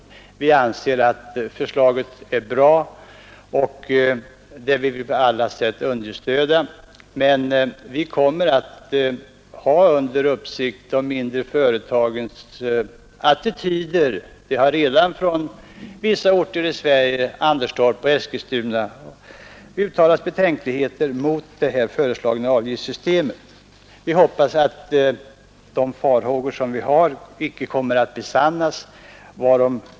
Utskottet anser att förslaget är bra, och det vill vi på allt sätt understryka, men vi kommer att ha under uppsikt de mindre företagens attityder. Från vissa orter, Anderstorp och Eskilstuna, har uttalats betänkligheter mot det föreslagna avgiftssystemet. Vi hoppas att farhågorna icke kommer att besannas.